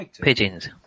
pigeons